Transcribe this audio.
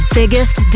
biggest